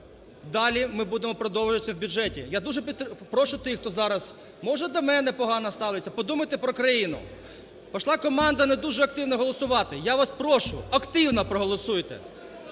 далі ми будемо продовжуватися в бюджеті. Я дуже прошу тих, хто зараз може до мене погано ставиться, подумайте про країну. Пішла команда не дуже активно голосувати. Я вас прошу, активно проголосуйте.